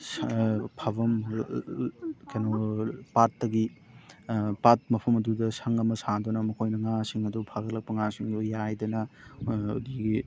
ꯐꯥꯐꯝ ꯀꯩꯅꯣ ꯄꯥꯠꯇꯒꯤ ꯄꯥꯠ ꯃꯐꯝ ꯑꯗꯨꯗ ꯁꯪ ꯑꯃ ꯁꯥꯗꯨꯅ ꯃꯈꯣꯏꯅ ꯉꯥꯁꯤꯡ ꯑꯗꯨ ꯐꯥꯒꯠꯂꯛꯄ ꯉꯥꯁꯤꯡꯗꯣ ꯌꯥꯏꯗꯅ ꯑꯗꯒꯤ